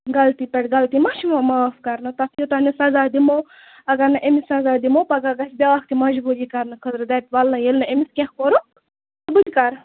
غلطی پیٚٹھ غلطی ما چھِ یِوان معاف کرنہٕ تَتھ یوٚتام نہٕ سَزاہ دِمو اَگر نہٕ أمِس سزاہ دِمو پَگاہ گژھِ بیٛاکھ تہِ مجبوٗر یہِ کرنہٕ خٲطرٕ دَپہِ وَلہٕ ییٚلہِ نہٕ أمِس کیٚنٛہہ کوٚرُکھ بہٕ تہِ کرٕ